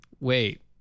wait